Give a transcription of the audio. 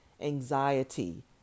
anxiety